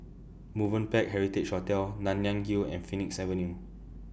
Movenpick Heritage Hotel Nanyang Hill and Phoenix Avenue